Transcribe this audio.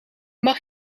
mag